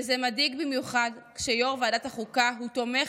וזה מדאיג במיוחד כשיו"ר ועדת החוקה הוא תומך